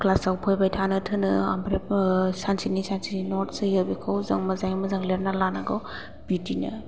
क्लासआव फैबाय थानो थिनो ओमफ्राय सानसेनि सानसेनि नट्स होयो बेखौ जों मोजाङै मोजां लिरना लानांगौ बिदिनो